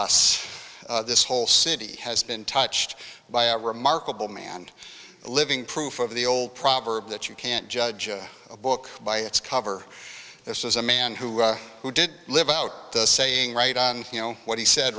of us this whole city has been touched by a remarkable man a living proof of the old proverb that you can't judge a book by its cover this is a man who who did live out the saying right on what he said